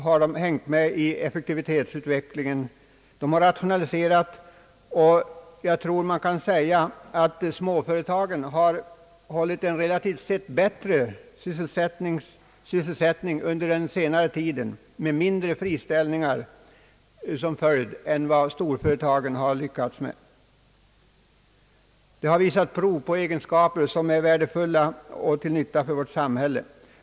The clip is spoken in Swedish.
De har hängt med i effektivitetsutvecklingen, de har rationaliserat, och jag tror man kan påstå att de har hållit en relativt sett bättre sysselsättningsgrad med mindre friställningar än vad storföretagen har lyckats med. De har visat prov på egenskaper som är värdefulla och till nytta för vårt samhälle.